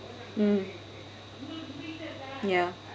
mm ya